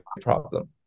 problem